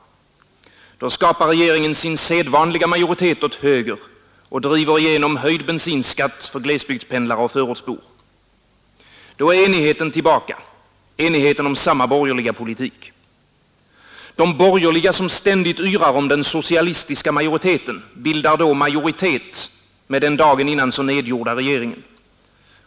Då skapar regeringen sin sedvanliga majoritet åt höger och driver igenom höjd bensinskatt för glesbygdspendlare och förortsbor. Då är enigheten tillbaka — enigheten om samma borgerliga politik. De borgerliga, som ständigt yrar om den ”socialistiska” majoriteten, bildar då majoritet med den dagen innan så nedgjorda regeringen.